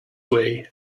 way